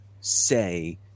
say